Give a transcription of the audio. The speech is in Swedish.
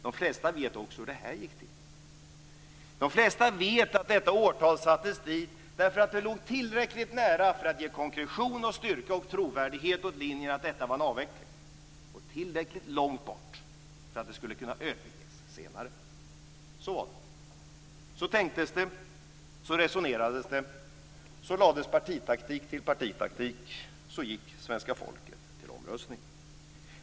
De flesta vet också hur det här gick till. De flesta vet att detta årtal sattes upp därför att det låg tillräckligt nära för att ge konkretion, styrka och trovärdighet åt linjen att detta var en avveckling, och tillräckligt långt bort för att det skulle kunna överges senare. Så var det. Så tänktes det och så resonerades det. Så lades partitaktik till partitaktik. Så gick svenska folket till omröstning.